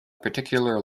particular